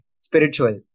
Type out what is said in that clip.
spiritual